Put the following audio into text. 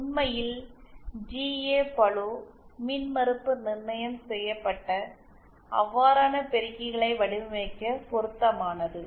உண்மையில் ஜிஏ பளு மின் மறுப்பு நிர்ணயம் செய்யப்பட்ட அவ்வாறான பெருக்கிகளை வடிவமைக்க பொருத்தமானது